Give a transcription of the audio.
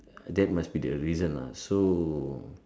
that must be the reason lah so